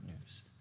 news